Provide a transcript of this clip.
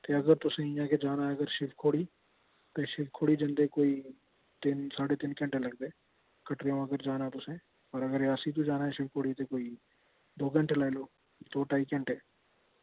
ते अगर तुस इयां गै जाना ऐ अगर शिवखोड़ी ते शिवखोड़ी जंदे कोई तिन्न साड्ढे तिन्न घैंटे लगदे कटरे अगर जाना तुसें होर अगर रियासी तू जाना ऐ शिवखोड़ी कोई दो घैंटे लाई लैओ दो ढाई घैंटे